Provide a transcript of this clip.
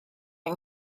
yng